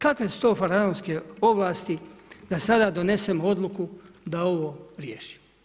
Kakve su to faraonske ovlasti da sada donesemo odluku da ovo riješimo?